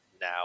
now